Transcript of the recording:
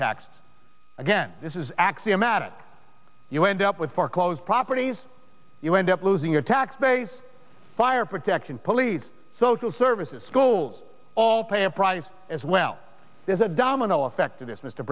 taxes again this is axiomatic you end up with foreclosed properties you end up losing your tax base fire protection police social services schools all pay a price as well there's a domino effect